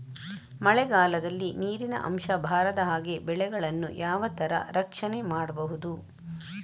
ಮಳೆಗಾಲದಲ್ಲಿ ನೀರಿನ ಅಂಶ ಬಾರದ ಹಾಗೆ ಬೆಳೆಗಳನ್ನು ಯಾವ ತರ ರಕ್ಷಣೆ ಮಾಡ್ಬಹುದು?